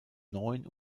neun